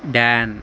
dan